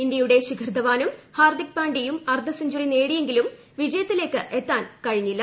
ഇന്ത്യയുടെ ശിഖർ ധവാനും ഹാർദിക് പ്ലാണ്ഡ്യയും അർധ സെഞ്ചുറി നേടിയെങ്കിലും വിജയത്തിലേക്ക് എത്താൻ കഴിഞ്ഞില്ല